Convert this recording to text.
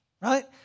right